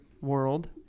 world